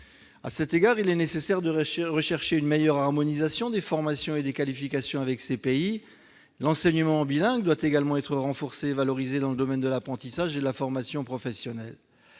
À cet égard, il est nécessaire de rechercher une meilleure harmonisation des formations et des qualifications avec ces pays. L'enseignement bilingue doit également être renforcé et valorisé dans le domaine de l'apprentissage et de la formation professionnelle.